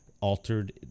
altered